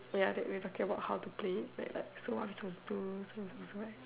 ya that we were talking about how to play like so what we suppose to do so so so right